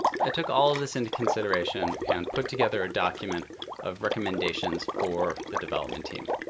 i took all of this into consideration and put together a document of recommendations for the development team.